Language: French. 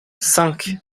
cinq